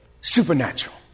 Supernatural